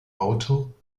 auto